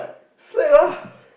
slack ah